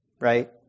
right